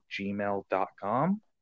gmail.com